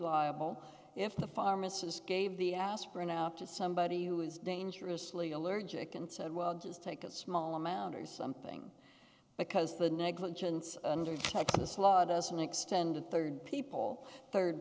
liable if the pharmacist gave the aspirin up to somebody who is dangerously allergic and said well just take a small amount or something because the negligence under texas law doesn't extend to third people third